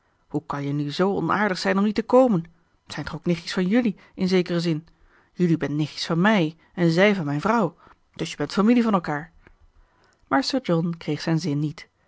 hoe kan je nu zoo onaardig zijn om niet te komen t zijn toch ook nichtjes van jelui in zekeren zin jelui bent nichtjes van mij en zij van mijn vrouw dus je bent familie van elkaar maar sir john kreeg zijn zin niet